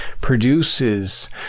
produces